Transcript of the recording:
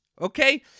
Okay